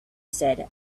said